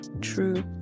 True